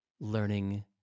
learning